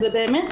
זה באמת,